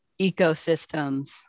Ecosystems